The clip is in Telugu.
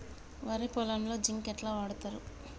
వరి పొలంలో జింక్ ఎట్లా వాడుతరు?